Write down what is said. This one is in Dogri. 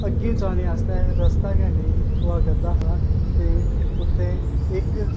अग्गें जाने आस्तै रस्ता गै नेईं थ्होआ करदा हा ते उत्थें इक्क